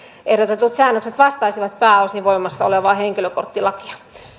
ehdotetut säännökset vastaisivat pääosin voimassa olevaa henkilökorttilakia